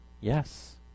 Yes